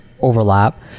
overlap